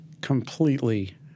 completely